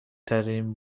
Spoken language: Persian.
ترین